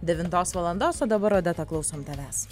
devintos valandos o dabar odeta klausom tavęs